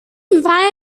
meanwhile